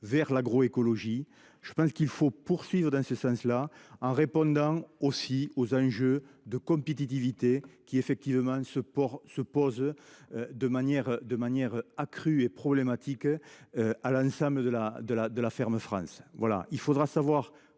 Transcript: vers l'agroécologie. Je pense qu'il faut poursuivre dans ce sens, tout en répondant aux enjeux de compétitivité qui se posent de manière accrue et problématique à l'ensemble de la ferme France. Il faudra composer